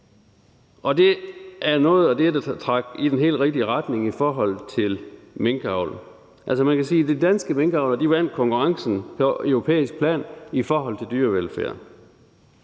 Og det er noget af det, der trak i den helt rigtige retning i forhold til minkavl. Man kan sige, at de danske minkavlere vandt konkurrencen på europæisk plan i forhold til dyrevelfærd.